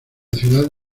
ciudad